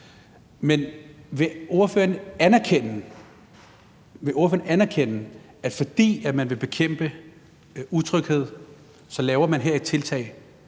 men vil ordføreren anerkende, at man, fordi man vil bekæmpe utryghed, så her laver et tiltag,